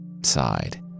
sighed